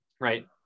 right